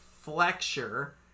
flexure